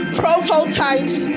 prototypes